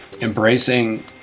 embracing